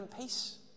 peace